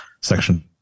Section